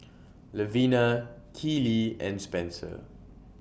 Levina Keely and Spenser